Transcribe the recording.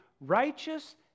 righteous